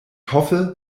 hoffe